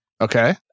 Okay